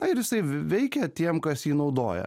na ir jisai veikia tiems kas jį naudoja